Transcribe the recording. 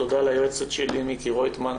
תודה ליועצת שלי, מיקי רויטמן,